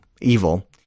evil